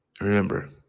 remember